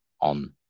on